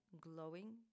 glowing